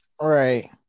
Right